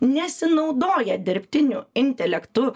nesinaudoja dirbtiniu intelektu